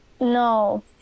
no